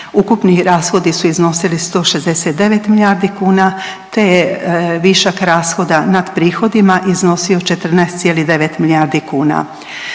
Ukupni rashodi su iznosili 169 milijardi kuna te je višak rashoda nad prihodima iznosio 14,9 milijardi kuna.